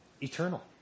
eternal